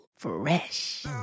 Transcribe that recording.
Fresh